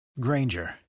Granger